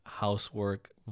housework